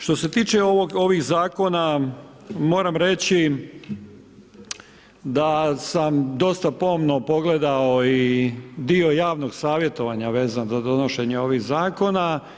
Što se tiče ovih zakona moram reći da sam dosta pomno pogledao i dio javnog savjetovanja vezano za donošenje ovih zakona.